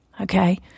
Okay